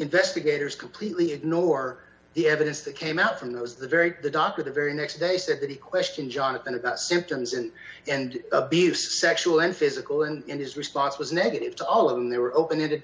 investigators completely ignore the evidence that came out from those the very the dr the very next day said that he questioned jonathan about symptoms and and abuse sexual and physical and in his response was negative to all of them there were open ended